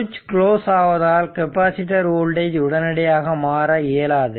சுவிட்ச் க்ளோஸ் ஆவதால் capacitor voltage உடனடியாக மாற இயலாது